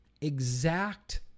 exact